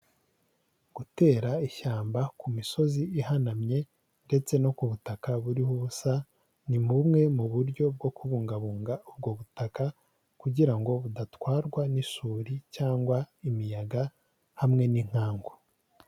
Gutera ishyamba ku misozi ihanamye ndetse no ku butaka buriho ubusa, ni bumwe mu buryo bwo kubungabunga ubwo butaka, kugira ngo budatwarwa n'isuri cyangwa imiyaga hamwe n'inkangu.